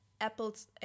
apple's